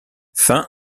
fin